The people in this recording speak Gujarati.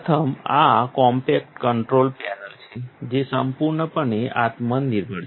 પ્રથમ આ કોમ્પેક્ટ કન્ટ્રોલ પેનલ છે જે સંપૂર્ણપણે આત્મનિર્ભર છે